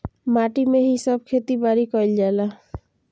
माटी में ही सब खेती बारी कईल जाला